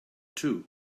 too